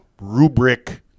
rubric